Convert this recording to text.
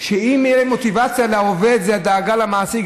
אם תהיה מוטיבציה לעובד זו גם דאגה של המעסיק.